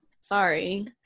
Sorry